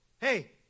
Hey